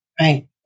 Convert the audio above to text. Right